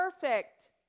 perfect